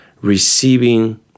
receiving